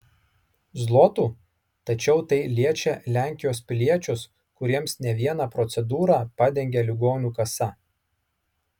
zlotų tačiau tai liečia lenkijos piliečius kuriems ne vieną procedūrą padengia ligonių kasa